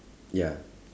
ya